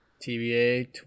TBA